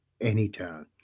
anytime